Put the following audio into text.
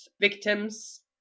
victims